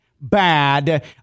bad